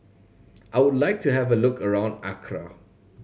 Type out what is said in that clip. I would like to have a look around Accra